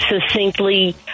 succinctly